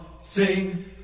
sing